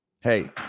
hey